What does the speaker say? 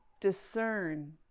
discern